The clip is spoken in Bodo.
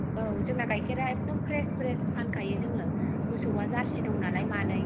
औ जोंना गाइखेरा एकदम फ्रेश फ्रेश फानखायो जोङो मोसौआ जार्सि दङ नालाय मानै